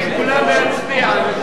ההסתייגות של קבוצת סיעת חד"ש לסעיף 40,